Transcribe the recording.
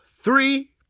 Three